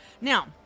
Now